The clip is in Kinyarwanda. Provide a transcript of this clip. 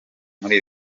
muri